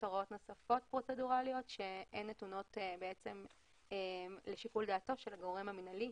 הוראות נוספות פרוצדורליות שהן נתונות לשיקול דעתו של הגורם המינהלי,